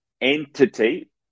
entity